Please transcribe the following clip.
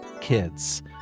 kids